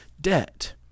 debt